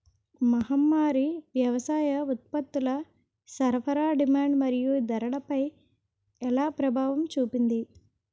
మహమ్మారి వ్యవసాయ ఉత్పత్తుల సరఫరా డిమాండ్ మరియు ధరలపై ఎలా ప్రభావం చూపింది?